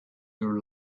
your